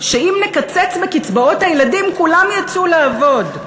שאם נקצץ בקצבאות הילדים כולם יצאו לעבוד,